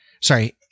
Sorry